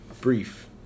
brief